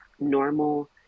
normal